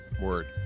word